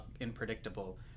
unpredictable